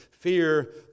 Fear